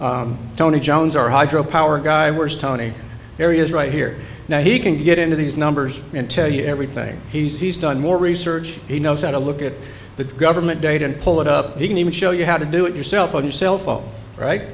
tony jones our hydro power guy wears tony areas right here now he can get into these numbers and tell you everything he's done more research he knows how to look at the government data and pull it up you can even show you how to do it yourself of yourself all right